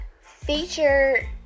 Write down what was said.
feature